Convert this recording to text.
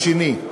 השני,